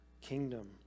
kingdom